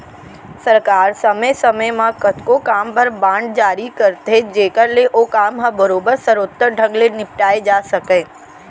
सरकार समे समे म कतको काम बर बांड जारी करथे जेकर ले ओ काम ह बरोबर सरोत्तर ढंग ले निपटाए जा सकय